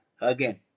again